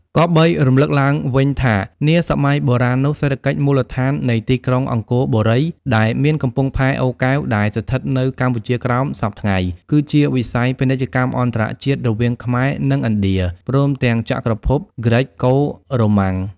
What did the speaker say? គប្បីរំលឹកឡើងវិញថានាសម័យបុរាណនោះ សេដ្ឋកិច្ចមូលដ្ឋាននៃទីក្រុង អង្គរបូរី ដែលមានកំពង់ផែអូរកែវ ដែលស្ថិតនៅកម្ពុជាក្រោមសព្វថ្ងៃ គឺជាវិស័យ ពាណិជ្ជកម្មអន្តរជាតិ រវាងខ្មែរនឹងឥណ្ឌា ព្រមទាំងចក្រភព ហ្គ្រិចកូ-រ៉ូម៉ាំង ។